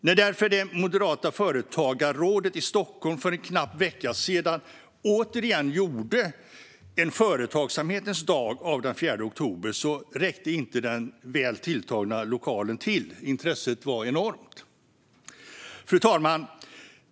När därför det moderata företagarrådet i Stockholm för en knapp vecka sedan återigen gjorde en företagsamhetens dag av den 4 oktober räckte inte den väl tilltagna lokalen till. Intresset var enormt. Fru talman!